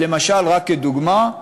למשל, רק כדוגמה,